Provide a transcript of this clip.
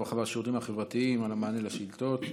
הרווחה והשירותים החברתיים על המענה לשאילתות.